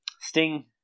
Sting